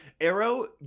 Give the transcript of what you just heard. Arrow